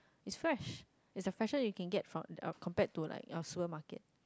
it's fresh it's the fresher you can get from uh compared to like supermarket